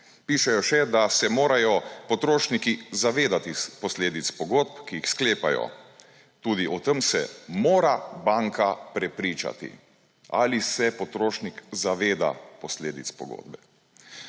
Pišejo še, da se morajo potrošniki zavedati posledic pogodb, ki jih sklepajo. Tudi o tem se mora banka prepričati – ali se potrošnik zaveda posledic pogodbe.